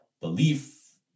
belief